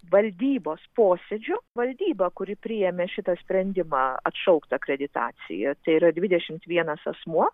valdybos posėdžio valdyba kuri priėmė šitą sprendimą atšaukt akreditaciją tai yra dvidešimt vienas asmuo